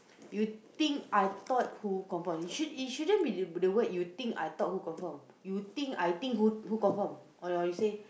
you think I think who confirm or you say you think I thought who confirm it shouldn't be the word you think I thought who confirm